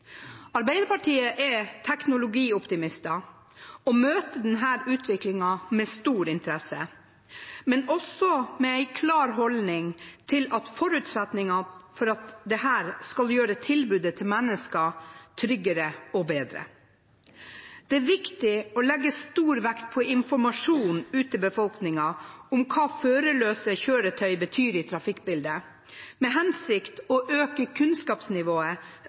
Arbeiderpartiet er teknologioptimister og møter denne utviklingen med stor interesse, men også med en klar holdning om at forutsetningen er at dette skal gjøre tilbudet til mennesker tryggere og bedre. Det er viktig å legge stor vekt på informasjon ut til befolkningen om hva førerløse kjøretøyer betyr i trafikkbildet, i den hensikt å øke kunnskapsnivået